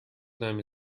нами